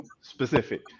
specific